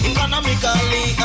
Economically